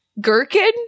Gherkin